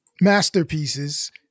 masterpieces